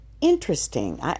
interesting